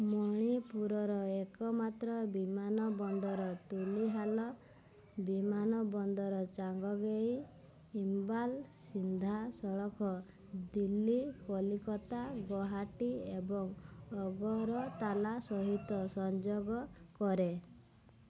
ମଣିପୁରର ଏକମାତ୍ର ବିମାନବନ୍ଦର ତୁଲିହାଲ୍ ବିମାନବନ୍ଦର ଚାଙ୍ଗଙ୍ଗେଇ ଇମ୍ଫାଲ୍ ସିଧାସଳଖ ଦିଲ୍ଲୀ କୋଲକାତା ଗୌହାଟୀ ଏବଂ ଅଗରତାଲା ସହିତ ସଂଯୋଗ କରେ